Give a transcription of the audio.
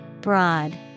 Broad